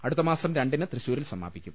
അടുത്തമാസം രണ്ടിന് തൃശൂരിൽ സമാപിക്കും